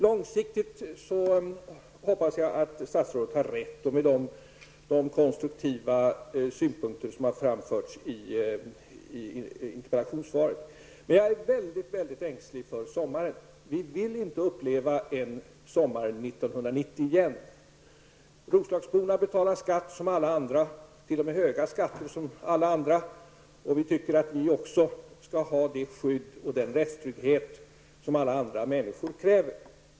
Långsiktigt hoppas jag att statsrådet har rätt i de konstruktiva synpunkter som har framförts i interpellationssvaret. Jag är dock mycket ängslig inför sommaren. Vi vill inte än en gång uppleva en sådan sommar som år 1990. Roslagsborna betalar höga skatter som alla andra. Vi tycker att de också bör ha det skydd och den rättstrygghet som alla andra människor kräver.